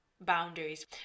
boundaries